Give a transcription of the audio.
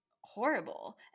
horrible